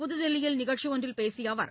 புதுதில்லியில் நிகழ்ச்சி ஒன்றில் பேசிய அவர்